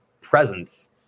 presence